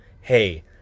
hey